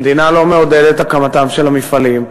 המדינה לא מעודדת הקמתם של המפעלים.